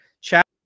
Chat